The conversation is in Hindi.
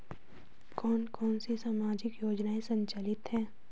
कौन कौनसी सामाजिक योजनाएँ संचालित है?